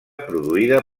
produïda